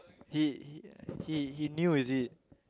he he he knew is it